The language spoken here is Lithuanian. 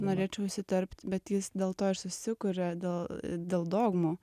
norėčiau įsiterpt bet jis dėl to ir susikuria dėl dėl dogmų